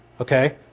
okay